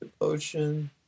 Devotion